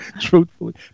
truthfully